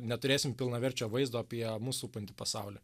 neturėsim pilnaverčio vaizdo apie mus supantį pasaulį